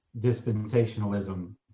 dispensationalism